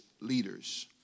leaders